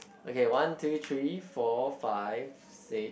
okay one two three four five six